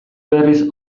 berriz